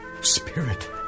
Spirit